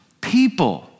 people